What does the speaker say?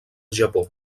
japó